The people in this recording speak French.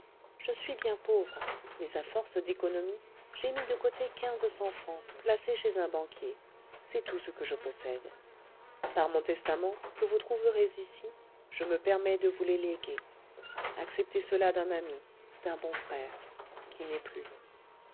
je suis bien pauvre mais à force d'économie j'ai mis de côté quinze cents francs placés chez un banquier c'est tout ce que je possède par mon testament que vous trouverez ici je me permets de vous les léguer acceptez cela d'un ami d'un bon frère qui n'est plus